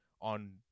on